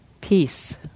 peace